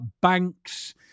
banks